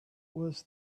was